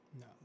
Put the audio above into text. No